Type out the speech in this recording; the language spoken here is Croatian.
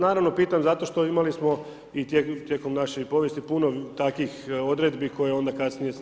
Naravno, pitam zato što imali smo i tijekom naše povijesti puno takvih odredbi koje onda kasnije se